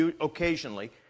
occasionally